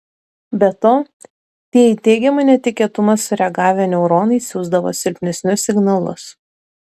be to tie į teigiamą netikėtumą sureagavę neuronai siųsdavo silpnesnius signalus